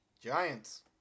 Giants